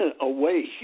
away